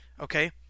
Okay